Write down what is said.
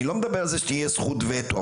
אני לא מדבר על זה שתהיה זכות וטו.